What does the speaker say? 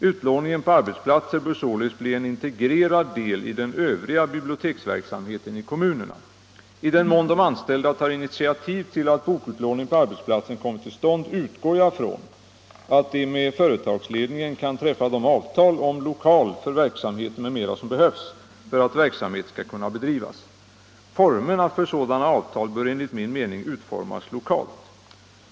Utlåningen på arbetsplatser bör således bli en integrerad del Nr 90 i den övriga biblioteksverksamheten i kommunerna. I den mån de an Måndagen den ställda tar initiativ till att bokutlåning på arbetsplatsen kommer till stånd 26 maj 1975 utgår jag från att de med företagsledningen kan träffa de avtal om lokal Adera tners för verksamheten m.m. som behövs för att verksamheten skall kunna Om biblioteksverkbedrivas. Formerna för sådana avtal bör enligt min mening utformas samheten på lokalt.